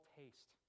taste